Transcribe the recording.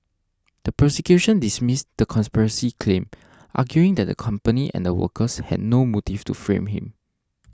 the prosecution dismissed the conspiracy claim arguing that the company and the workers had no motive to frame him